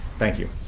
thank you.